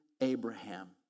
Abraham